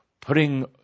putting